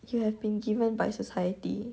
you have been given by society